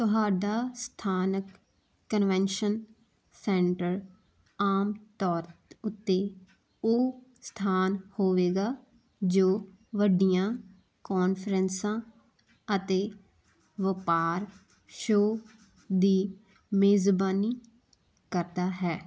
ਤੁਹਾਡਾ ਸਥਾਨਕ convention centre ਆਮ ਤੌਰ ਉੱਤੇ ਉਹ ਸਥਾਨ ਹੋਵੇਗਾ ਜੋ ਵੱਡੀਆਂ ਕਾਨਫਰੰਸਾਂ ਅਤੇ ਵਪਾਰ ਸ਼ੋਅ ਦੀ ਮੇਜ਼ਬਾਨੀ ਕਰਦਾ ਹੈ